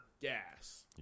gas